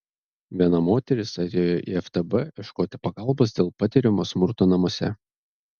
viena moteris atėjo į ftb ieškoti pagalbos dėl patiriamo smurto namuose